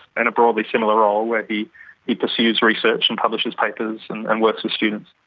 and a broadly similar role where he he pursues research and publishes papers and and works with students.